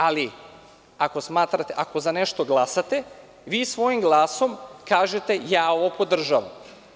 Ali, ako za nešto glasate, vi svojim glasom kažete – ja ovo podržavam.